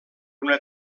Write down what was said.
una